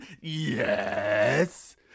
Yes